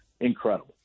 incredible